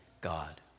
God